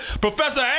Professor